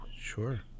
Sure